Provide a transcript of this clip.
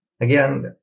again